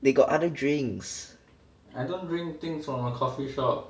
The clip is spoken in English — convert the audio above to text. they got other drinks